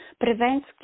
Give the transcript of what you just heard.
Prevents